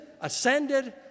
ascended